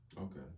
Okay